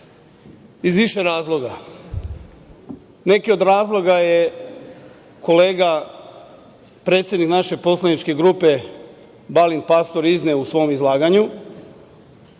iz više razloga. Neke od razloga je kolega predsednik naše poslaničke grupe Balint Pastor izneo u svom izlaganju,